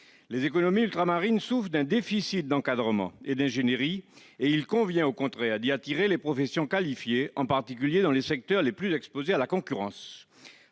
Les économies ultramarines souffrent d'un déficit d'encadrement et d'ingénierie, et il convient au contraire d'y attirer les professions qualifiées, en particulier dans les secteurs les plus exposés à la concurrence.